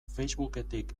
facebooketik